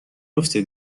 افته